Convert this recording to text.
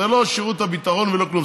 זה לא שירות הביטחון ולא כלום.